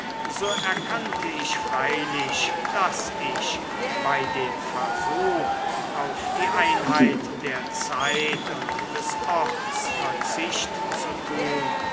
so erkannte ich freilich daß ich bei dem versuch auf die einheit der zeit und des orts verzicht zu tun